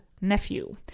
nephew